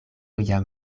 jam